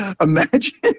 Imagine